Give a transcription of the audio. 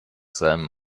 seinem